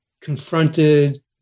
confronted